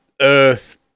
Earth